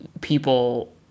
people